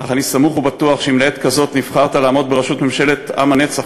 אך אני סמוך ובטוח שאם לעת כזאת נבחרת לעמוד בראשות ממשלת עם הנצח,